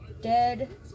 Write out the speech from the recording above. dead